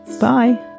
Bye